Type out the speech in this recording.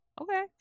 okay